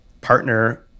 partner